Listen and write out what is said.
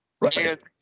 Right